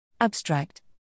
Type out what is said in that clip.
Abstract